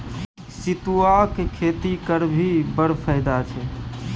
सितुआक खेती करभी बड़ फायदा छै